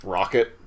Rocket